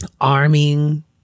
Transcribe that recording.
arming